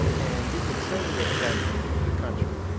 and you can certainly affect the country.